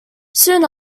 soon